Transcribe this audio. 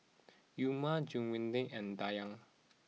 Umar Juwita and Dayang